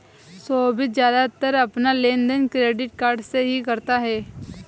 सोभित ज्यादातर अपना लेनदेन डेबिट कार्ड से ही करता है